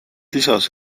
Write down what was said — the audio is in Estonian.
lisas